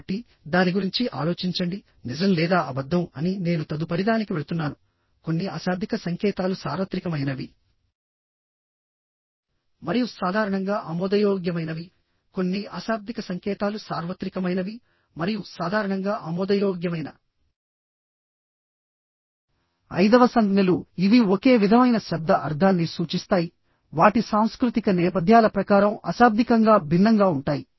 కాబట్టి దాని గురించి ఆలోచించండి నిజం లేదా అబద్ధం అని నేను తదుపరిదానికి వెళుతున్నాను కొన్ని అశాబ్దిక సంకేతాలు సార్వత్రికమైనవి మరియు సాధారణంగా ఆమోదయోగ్యమైనవి కొన్ని అశాబ్దిక సంకేతాలు సార్వత్రిక మైనవి మరియు సాధారణంగా ఆమోదయోగ్యమైన ఐదవ సంజ్ఞలుఇవి ఒకే విధమైన శబ్ద అర్ధాన్ని సూచిస్తాయి వాటి సాంస్కృతిక నేపథ్యాల ప్రకారం అశాబ్దికంగా భిన్నంగా ఉంటాయి